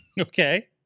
okay